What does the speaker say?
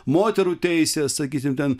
moterų teisės sakysim ten